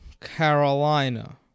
Carolina